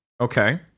Okay